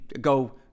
go